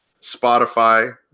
Spotify